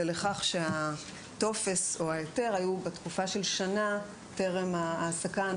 לכך שהטופס או ההיתר היו בתקופה של שנה טרם ההעסקה.